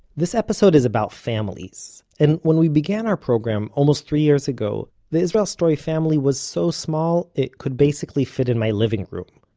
this episode is about families. and when we began our program, almost three years ago, the israel story family was so small it could basically fit in my living room.